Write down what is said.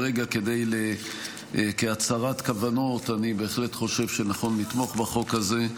כרגע כהצהרת כוונות אני בהחלט חושב שנכון לתמוך בחוק הזה,